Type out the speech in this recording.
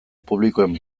publikoen